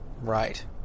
Right